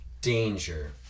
Danger